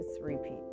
repeat